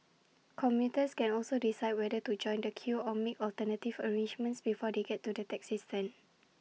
commuters can also decide whether to join the queue or make alternative arrangements before they get to the taxi stand